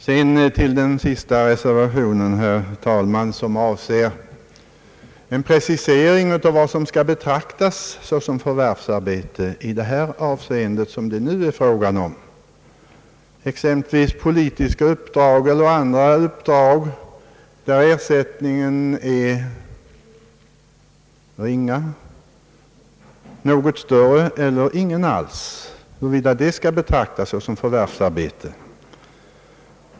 Sedan, herr talman, vill jag beröra den sista reservationen, som avser en precisering av vad som skall betraktas som förvärvsarbete i det avseende som det nu är fråga om, exempelvis politiska eller andra uppdrag där ersättningen är ringa eller ingen alls.